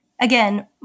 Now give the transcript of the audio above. again –